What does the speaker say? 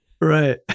Right